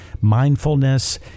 mindfulness